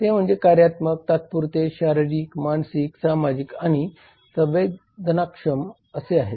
ते म्हणजे कार्यात्मक तात्पुरते शारीरिक मानसिक सामाजिक आणि संवेदनाक्षम असे आहेत